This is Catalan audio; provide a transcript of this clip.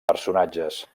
personatges